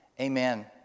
Amen